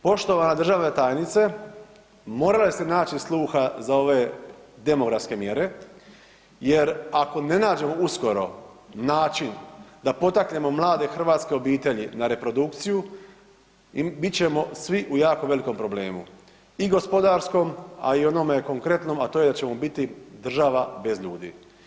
Poštovana državna tajnice, morali ste naći sluha za ove demografske mjere jer ako ne nađemo uskoro način da potaknemo mlade hrvatske obitelji na reprodukciju, bit ćemo svi u jako velikom problemu i gospodarskom, a i onome konkretnom, a to je da ćemo biti država bez ljudi.